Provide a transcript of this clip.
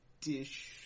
Dish